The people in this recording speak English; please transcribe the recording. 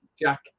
Jack